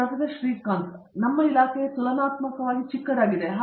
professor Srikanth Vedantam ಆದ್ದರಿಂದ ನಮ್ಮ ಇಲಾಖೆ ತುಲನಾತ್ಮಕವಾಗಿ ಚಿಕ್ಕದಾಗಿದೆ